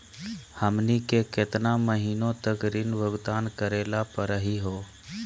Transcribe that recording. हमनी के केतना महीनों तक ऋण भुगतान करेला परही हो?